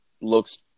looks